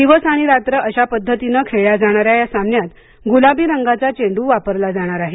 दिवस आणि रात्र अशा पद्धतीने खेळल्या जाणाऱ्या या सामन्यात गुलाबी रंगाचा चेंडू वापरला जाणार आहे